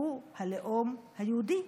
הוא הלאום היהודי.